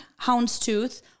houndstooth